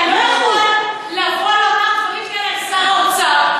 אתה לא יכול לבוא לומר דברים כאלה על שר האוצר,